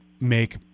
make